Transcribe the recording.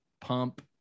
pump